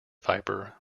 viper